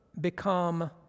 become